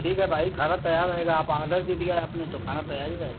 ठीक है भाई खाना तैयार रहेगा आप ऑर्डर दे दिया है आपने तो खाना तैयार ही रहेगा ना